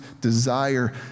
desire